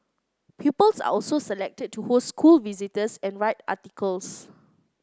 pupils are also selected to host school visitors and write articles